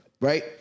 Right